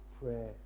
prayer